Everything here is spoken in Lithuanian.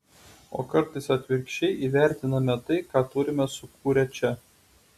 o kartais atvirkščiai įvertiname tai ką turime sukūrę čia